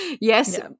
Yes